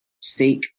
seek